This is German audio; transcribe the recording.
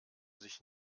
sich